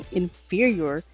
inferior